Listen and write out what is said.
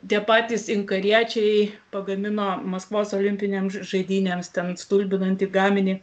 tie patys inkariečiai pagamino maskvos olimpinėms žaidynėms ten stulbinantį gaminį